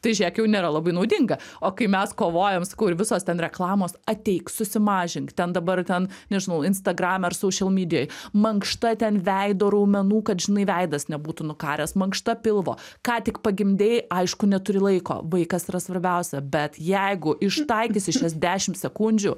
tai žiek jau nėra labai naudinga o kai mes kovojam sakau ir visos ten reklamos ateik susimažink ten dabar ten nežinau instagrame ar saušel midijoj mankšta ten veido raumenų kad žinai veidas nebūtų nukaręs mankšta pilvo ką tik pagimdei aišku neturi laiko vaikas yra svarbiausia bet jeigu ištaikysi šitas dešim sekundžių